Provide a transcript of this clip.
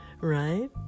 right